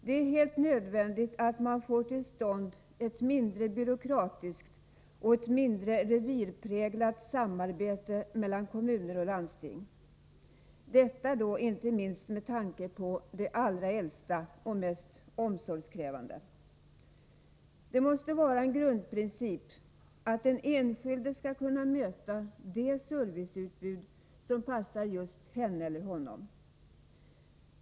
Det är helt nödvändigt att man får till stånd ett E > å z Torsdagen den mindre byråkratiskt och ett mindre revirpräglat samarbete mellan kommu 22 mars 1984 ner och landsting — detta inte minst med tanke på de allra äldsta och mest omsorgskrävande. Omsorg om äldre Det måste vara en grundprincip att den enskilde skall kunna möta det och handikappade serviceutbud som passar just henne eller honom. NEN.